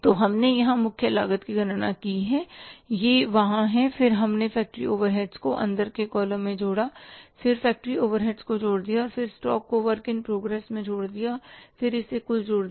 तो हमने यहां मुख्य लागत की गणना की है कि यह वहां है फिर हमने फ़ैक्टरी ओवरहेड्स को अंदर के कॉलम में जोड़ा फिर फ़ैक्टरी ओवरहेड्स को जोड़ दिया फिर स्टॉक को वर्क इन प्रोग्रेस में जोड़ दिया फिर इसे कुल जोड़ दिया